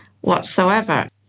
whatsoever